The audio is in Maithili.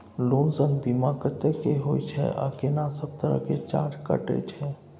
लोन संग बीमा कत्ते के होय छै आ केना सब तरह के चार्ज कटै छै?